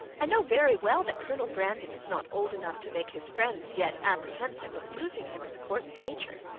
i know very well that colonel brandon is not old enough to make his friends yet apprehensive of losing him in the course of nature.